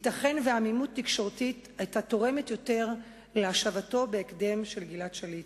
ייתכן שעמימות תקשורתית היתה תורמת יותר להשבתו בהקדם של גלעד שליט.